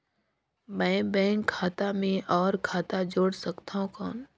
मैं बैंक खाता मे और खाता जोड़ सकथव कौन?